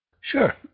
Sure